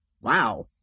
Wow